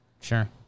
Sure